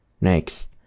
next